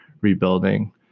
rebuilding